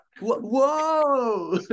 whoa